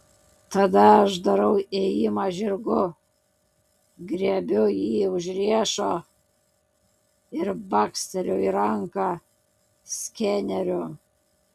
tada aš darau ėjimą žirgu griebiu jį už riešo ir baksteliu į ranką skeneriu